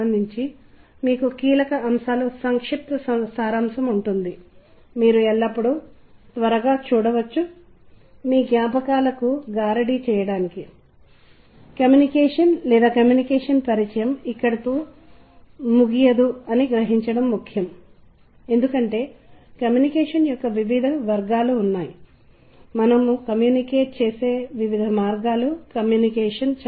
ఉదాహరణకు ఒక నిర్దిష్ట దుకాణంలో వారు ఒక నిర్దిష్ట రకమైన సంగీతాన్ని ఉపయోగించడం ప్రారంభించినప్పుడు వారు నిర్దిష్ట అమ్మకాన్ని విక్రయించడం గణనీయంగా పెరిగిందని ఒక అధ్యయనం కనుగొంది ఎందుకంటే ఈ సంగీతం ప్రజల సమూహానికి నిర్దిష్ట సాంస్కృతిక విలువను తెలియజేస్తుంది